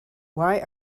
why